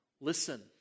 Listen